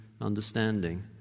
understanding